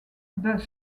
bus